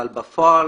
אבל בפועל